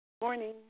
Morning